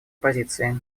позиции